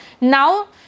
Now